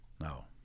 No